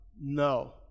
no